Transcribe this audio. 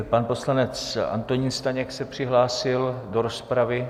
Pan poslanec Antonín Staněk se přihlásil do rozpravy.